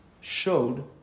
showed